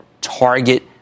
Target